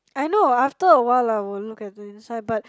I know after awhile I will look at the inside but